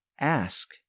Ask